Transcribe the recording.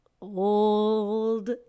old